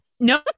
No